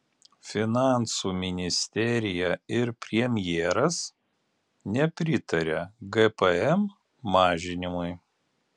finansų ministerija ir premjeras nepritaria gpm mažinimui